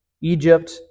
Egypt